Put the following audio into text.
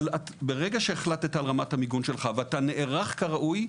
אבל ברגע שהחלטת על רמת המיגון שלך ואתה נערך כראוי,